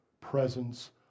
presence